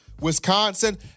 Wisconsin